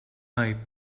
night